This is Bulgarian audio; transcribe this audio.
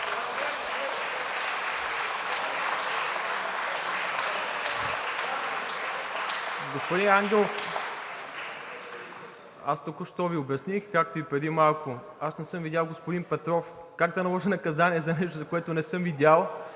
Господин Ангелов, аз току-що Ви обясних, както и преди малко, аз не съм видял господин Петров. Как да наложа наказание за нещо, което не съм видял,